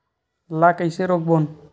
ला कइसे रोक बोन?